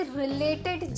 related